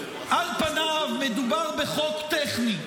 מדובר בחוק טכני.